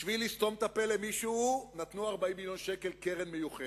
בשביל לסתום את הפה למישהו נתנו לו 40 מיליון שקל קרן מיוחדת.